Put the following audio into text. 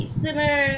slimmer